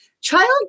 Child